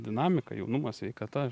dinamika jaunumas sveikata